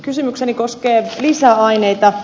kysymykseni koskee lisäaineita